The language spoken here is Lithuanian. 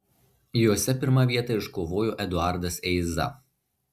jose pirmą vietą iškovojo eduardas eiza